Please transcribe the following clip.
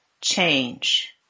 change